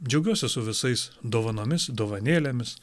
džiaugiuosi su visais dovanomis dovanėlėmis